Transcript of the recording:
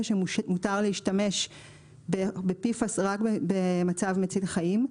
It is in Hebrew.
שמותר להשתמש ב-PFAS רק במצב מציל חיים.